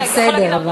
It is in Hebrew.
זה בסדר,